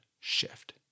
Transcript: shift